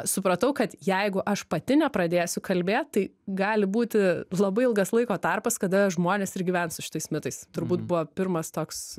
supratau kad jeigu aš pati nepradėsiu kalbėt tai gali būti labai ilgas laiko tarpas kada žmonės ir gyvens su šitais mitais turbūt buvo pirmas toks